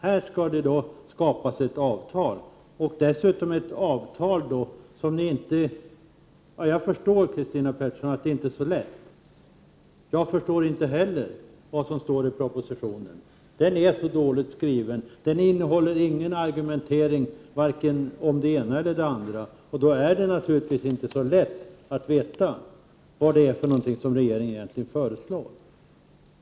Här skall det skapas ett avtal och dessutom ett avtal som ni inte förstår. Och det är inte så lätt, Christina Pettersson; jag förstår inte heller vad som står i propositionen. Den är dåligt skriven och innehåller ingen argumentering om vare sig det ena eller det andra, och då är det naturligtvis inte så lätt att veta vad det är för någonting som regeringen egentligen föreslår.